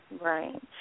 Right